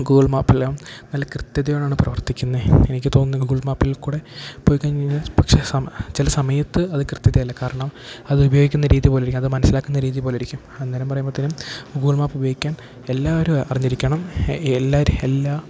Google മാപ്പെല്ലാം നല്ല കൃത്യതയോടെയാണ് പ്രവർത്തിക്കുന്നത് എനിക്ക് തോന്നുന്നു ഗൂഗിൾ മാപ്പിൽ കൂടെ പോയിക്കഴിഞ്ഞുകഴിഞ്ഞാൽ പക്ഷെ ചില സമയത്ത് അത് കൃത്യതയല്ല കാരണം അത് ഉപയോഗിക്കുന്ന രീതി പോലിരിക്കും അതു മനസ്സിലാക്കുന്ന രീതി പോലിരിക്കും അന്നേരം പറയുമ്പോഴത്തേനും ഗൂഗിൾ മാപ്പ് ഉപയോഗിക്കാൻ എല്ലാവരും അറിഞ്ഞിരിക്കണം എല്ലാവരും എല്ലാ